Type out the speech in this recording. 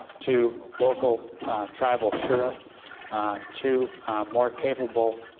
to local tribal sura to more capable